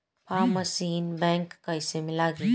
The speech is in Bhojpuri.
फार्म मशीन बैक कईसे लागी?